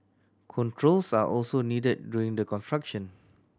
controls are also needed during the construction